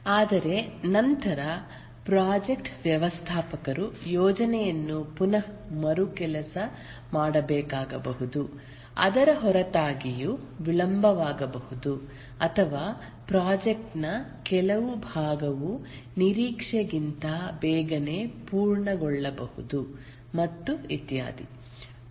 ಆದರೆ ನಂತರ ಪ್ರಾಜೆಕ್ಟ್ ವ್ಯವಸ್ಥಾಪಕರು ಯೋಜನೆಯನ್ನು ಪುನಃ ಮರು ಕೆಲಸ ಮಾಡಬೇಕಾಗಬಹುದು ಅದರ ಹೊರತಾಗಿಯೂ ವಿಳಂಬವಾಗಬಹುದು ಅಥವಾ ಪ್ರಾಜೆಕ್ಟ್ ನ ಕೆಲವು ಭಾಗವು ನಿರೀಕ್ಷೆಗಿಂತ ಬೇಗನೆ ಪೂರ್ಣಗೊಳ್ಳಬಹುದು ಮತ್ತು ಇತ್ಯಾದಿ